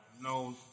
No